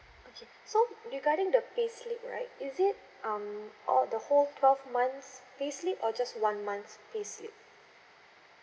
okay so regarding the payslip right is it um all the whole twelve months payslip or just one month's payslip